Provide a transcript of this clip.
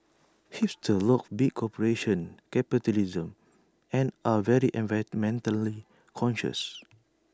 hipsters loath big corporations capitalism and are very environmentally conscious